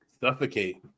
suffocate